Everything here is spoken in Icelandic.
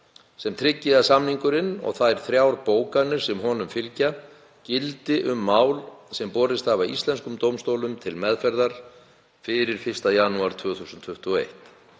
sem tryggi að samningurinn og þær þrjár bókanir sem honum fylgja gildi um mál sem borist hafa íslenskum dómstólum til meðferðar fyrir 1. janúar 2021.